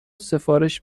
سفارش